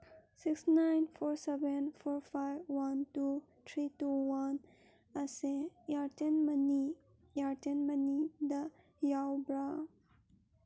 six nine four seven four five one two three two one ꯑꯁꯦ ꯏꯌꯔꯇꯦꯟ ꯃꯅꯤ ꯏꯌꯔꯇꯦꯟ ꯃꯅꯤꯗ ꯌꯥꯎꯕ꯭ꯔ